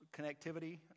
connectivity